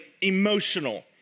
emotional